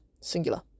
singular